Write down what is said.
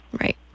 Right